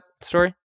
story